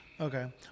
Okay